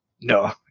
no